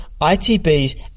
ITBs